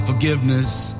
Forgiveness